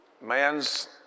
man's